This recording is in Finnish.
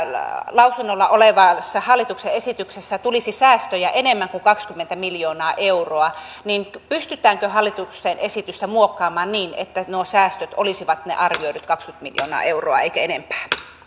lausunnolla olevassa hallituksen esityksessä tulisi säästöjä enemmän kuin kaksikymmentä miljoonaa euroa niin pystytäänkö hallituksen esitystä muokkaamaan niin että nuo säästöt olisivat ne arvioidut kaksikymmentä miljoonaa euroa eivätkä enempää